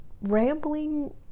rambling